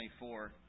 24